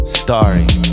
starring